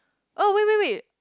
oh wait wait wait